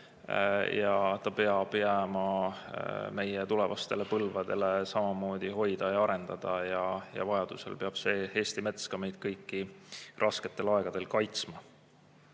ja ta peab jääma meie tulevastele põlvedele samamoodi hoida ja arendada, vajaduse korral peab Eesti mets ka meid kõiki rasketel aegadel kaitsma.